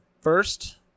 first